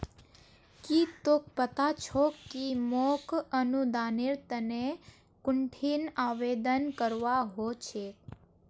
की तोक पता छोक कि मोक अनुदानेर तने कुंठिन आवेदन करवा हो छेक